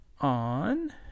on